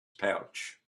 pouch